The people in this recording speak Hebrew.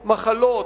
מחלות,